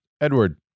Edward